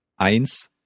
Eins